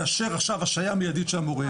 לאשר השעיה מידית של המורה.